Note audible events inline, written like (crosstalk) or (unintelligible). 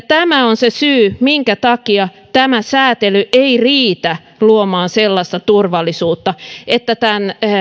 (unintelligible) tämä on se syy minkä takia tämä sääntely ei riitä luomaan sellaista turvallisuutta että tämän